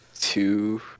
two